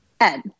Ed